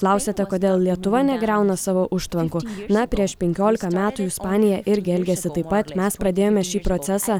klausiate kodėl lietuva negriauna savo užtvankų na prieš penkiolika metų ispanija irgi elgėsi taip pat mes pradėjome šį procesą